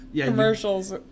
commercials